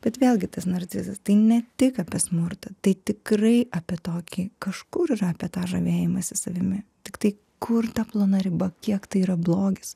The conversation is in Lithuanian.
bet vėlgi tas narcizas tai ne tik apie smurtą tai tikrai apie tokį kažkur ir apie tą žavėjimąsi savimi tiktai kur ta plona riba kiek tai yra blogis